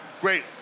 great